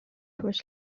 was